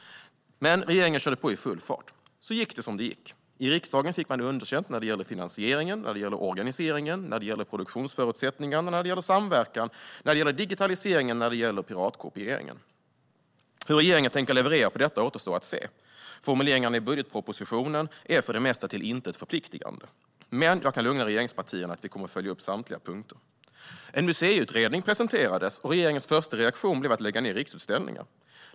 Men regeringen körde på i full fart. Så gick det som det gick. I riksdagen fick man underkänt när det gällde finansieringen, när det gällde organiseringen, när det gällde produktionsförutsättningarna, när det gällde samverkan, när det gällde digitaliseringen och när det gällde piratkopieringen. Hur regeringen tänker leverera baserat på detta återstår att se. Formuleringarna i budgetpropositionen är för det mesta till intet förpliktande. Men jag kan lugna regeringspartierna med att vi kommer att följa upp samtliga punkter. En museiutredning presenterades, och regeringens första reaktion blev att lägga ned Riksutställningar.